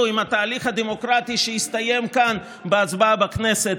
עם התהליך הדמוקרטי שהסתיים כאן בהצבעה בכנסת,